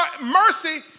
mercy